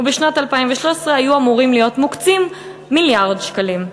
ובשנת 2013 היו אמורים להיות מוקצים מיליארד שקלים.